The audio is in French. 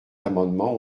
amendement